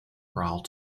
chorale